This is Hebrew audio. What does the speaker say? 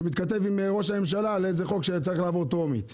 שהוא מתכתב עם ראש הממשלה על איזה חוק שצריך לעבור טרומית.